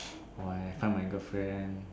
or I find my girlfriend